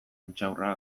intxaurra